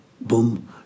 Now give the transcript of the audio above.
boom